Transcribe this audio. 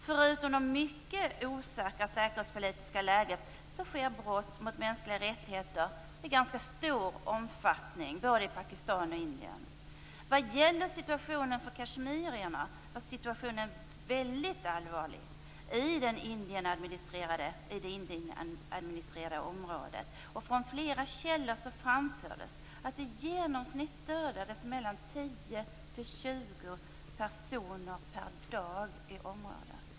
Förutom det mycket osäkra säkerhetspolitiska läget sker brott mot mänskliga rättigheter i ganska stor omfattning både i Pakistan och i Indien. Vad gäller kashmirierna var situationen väldigt allvarlig i det Indienadministrerade området. Från flera källor framfördes att i genomsnitt dödades 10 till 20 personer per dag i området.